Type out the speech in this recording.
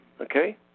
okay